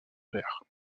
père